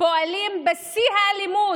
פועלים בשיא האלימות,